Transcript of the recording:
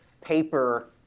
paper